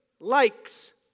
likes